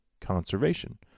conservation